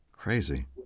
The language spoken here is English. Crazy